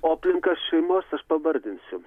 o aplinka šeimos aš pavardinsiu